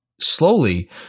slowly